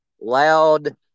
loud